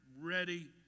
ready